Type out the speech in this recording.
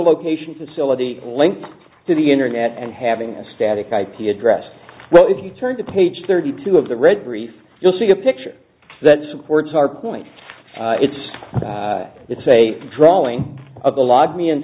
location facility linked to the internet and having a static ip address well if you turn the page thirty two of the red brief you'll see a picture that supports our point it's it's a drawing of a log me and